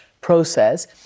process